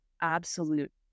absolute